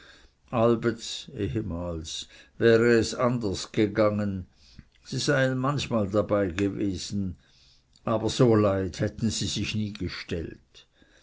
allbets wäre es anders gegangen sie seien manchmal dabeigewesen aber so leid hätten sie sich nie gestellt